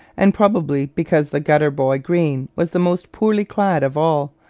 and probably because the gutter boy, greene, was the most poorly clad of all,